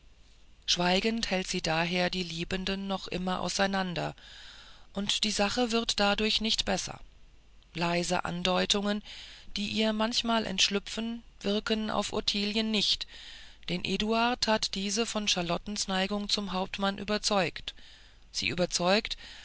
schweigend hält sie daher die liebenden noch immer auseinander und die sache wird dadurch nicht besser leise andeutungen die ihr manchmal entschlüpfen wirken auf ottilien nicht denn eduard hatte diese von charlottens neigung zum hauptmann überzeugt sie überzeugt